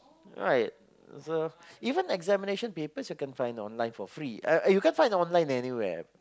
right so even examination papers you can find online for free uh uh you can't find online anywhere